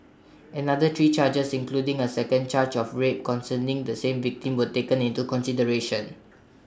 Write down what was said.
another three charges including A second charge of rape concerning the same victim were taken into consideration